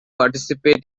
participate